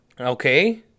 Okay